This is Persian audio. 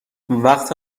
وقت